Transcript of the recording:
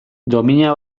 domina